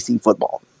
football